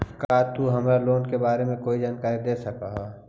का तु हमरा लोन के बारे में कोई जानकारी दे सकऽ हऽ?